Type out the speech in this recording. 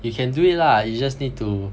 you can do it lah you just need to